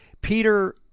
Peter